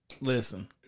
Listen